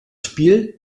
spiel